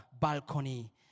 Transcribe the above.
balcony